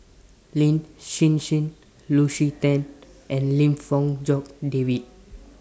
Lin Hsin Hsin Lucy Tan and Lim Fong Jock David